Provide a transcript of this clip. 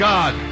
God